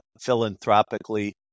philanthropically